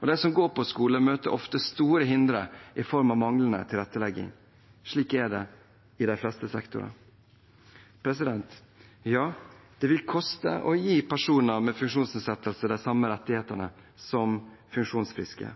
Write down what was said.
De som går på skole, møter ofte store hindre i form av manglende tilrettelegging. Slik er det i de fleste sektorer. Ja, det vil koste å gi personer med funksjonsnedsettelser de samme rettighetene som funksjonsfriske.